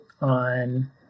on